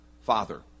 father